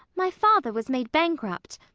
my father was made bankrupt.